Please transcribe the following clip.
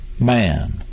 Man